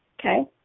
okay